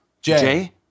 Jay